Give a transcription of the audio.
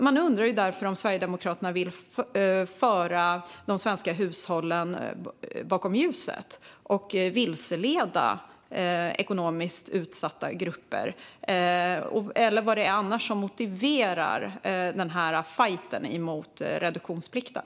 Man undrar därför om Sverigedemokraterna vill föra de svenska hushållen bakom ljuset och vilseleda ekonomiskt utsatta grupper. Eller vad är det annars som motiverar denna fajt mot reduktionsplikten?